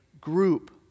group